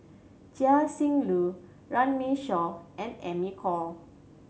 Chia Shi Lu Runme Shaw and Amy Khor